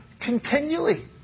Continually